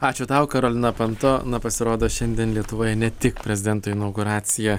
ačiū tau karolina panto na pasirodo šiandien lietuvoje ne tik prezidento inauguracija